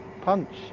punch